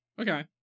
Okay